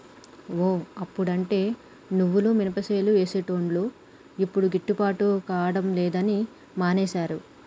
ఓ అప్పుడంటే నువ్వులు మినపసేలు వేసేటోళ్లు యిప్పుడు గిట్టుబాటు కాడం లేదని మానేశారు